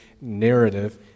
narrative